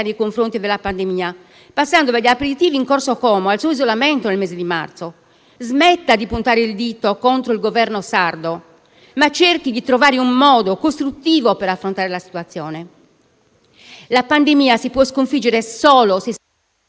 passando dagli aperitivi in Corso Como al suo isolamento nel mese di marzo. Smetta di puntare il dito contro il governo sardo, ma cerchi di trovare un modo costruttivo per affrontare la situazione. La pandemia si può sconfiggere solo…